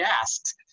asked